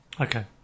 Okay